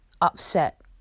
upset